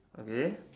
okay